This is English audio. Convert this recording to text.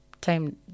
time